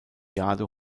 jade